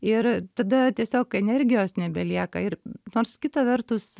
ir tada tiesiog energijos nebelieka ir nors kita vertus